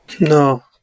No